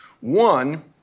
One